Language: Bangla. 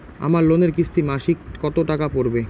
আমার লোনের কিস্তি মাসিক কত টাকা পড়বে?